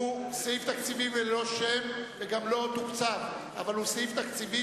שהוא סעיף תקציבי ללא שם וגם ללא תקציב אבל הוא סעיף תקציבי